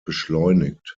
beschleunigt